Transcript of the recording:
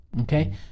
okay